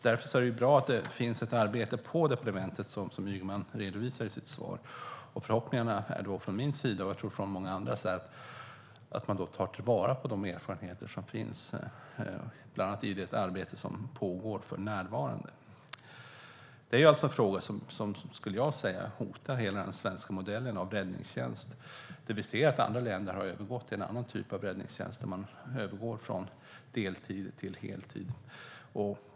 Därför är det bra att det finns ett arbete på departementet, som Ygeman redovisar i sitt svar. Förhoppningarna från min sida och, tror jag, från många andras sida är att man tar till vara de erfarenheter som finns, bland annat i det arbete som pågår för närvarande. Detta är alltså en fråga som, skulle jag säga, hotar hela den svenska modellen för räddningstjänst. Vi ser att andra länder har övergått till en annan typ av räddningstjänst; man övergår från deltid till heltid.